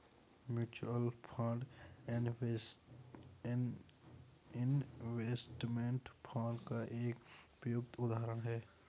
mutual fund investment fund का एक उपयुक्त उदाहरण है